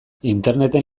interneten